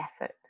effort